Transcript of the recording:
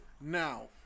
Now